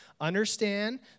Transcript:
understand